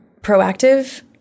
proactive